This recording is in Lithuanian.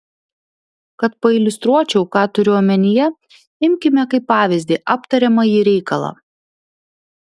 kad pailiustruočiau ką turiu omenyje imkime kaip pavyzdį aptariamąjį reikalą